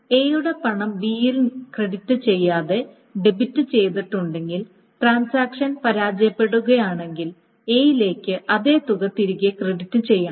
A യുടെ പണം B യിൽ ക്രെഡിറ്റ് ചെയ്യാതെ ഡെബിറ്റ് ചെയ്തിട്ടുണ്ടെങ്കിൽ ട്രാൻസാക്ഷൻ പരാജയപ്പെടുകയാണെങ്കിൽ A യിലേക്ക് അതേ തുക തിരികെ ക്രെഡിറ്റ് ചെയ്യണം